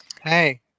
Hey